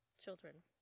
children